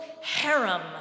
harem